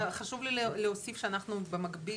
רק חשוב לי להוסיף שאנחנו במקביל